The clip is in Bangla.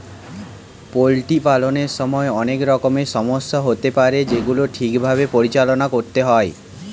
পোল্ট্রি পালনের সময় অনেক রকমের সমস্যা হতে পারে যেগুলিকে ঠিক ভাবে পরিচালনা করতে হয়